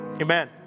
amen